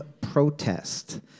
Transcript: protest